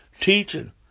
teaching